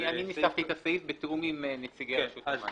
אני ניסחתי את הסעיף בתיאום עם נציגי רשות המים.